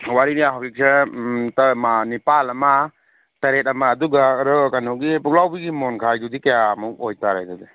ꯋꯥꯔꯤꯁꯦ ꯍꯧꯖꯤꯛꯁꯦ ꯅꯤꯄꯥꯟ ꯑꯃ ꯇꯔꯦꯠ ꯑꯃ ꯑꯗꯨꯒ ꯀꯩꯅꯣꯒꯤ ꯄꯨꯛꯂꯥꯎꯕꯤꯒꯤ ꯃꯣꯟꯈꯥꯏꯗꯨꯗꯤ ꯀꯌꯥꯃꯨꯛ ꯑꯣꯏꯇꯥꯔꯦ ꯑꯗꯨꯗꯤ